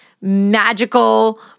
magical